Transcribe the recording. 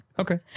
Okay